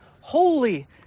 holy